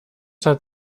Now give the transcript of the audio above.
hat